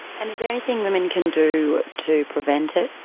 and is there anything women can do to prevent it?